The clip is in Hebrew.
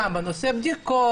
גם בנושא בדיקות,